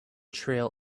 trail